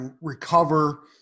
recover